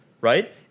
right